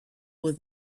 with